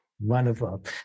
Wonderful